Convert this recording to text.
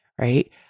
right